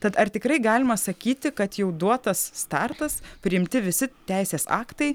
tad ar tikrai galima sakyti kad jau duotas startas priimti visi teisės aktai